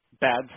Bad